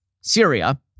Syria